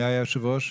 מי היה היושב ראש?